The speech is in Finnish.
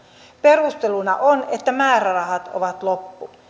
perusteluna on että määrärahat ovat lopussa